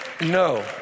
No